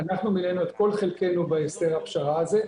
אנחנו מילאנו את כל חלקנו בהסדר הפשרה הזה.